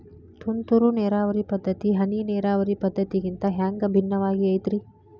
ತುಂತುರು ನೇರಾವರಿ ಪದ್ಧತಿ, ಹನಿ ನೇರಾವರಿ ಪದ್ಧತಿಗಿಂತ ಹ್ಯಾಂಗ ಭಿನ್ನವಾಗಿ ಐತ್ರಿ?